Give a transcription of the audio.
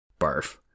Barf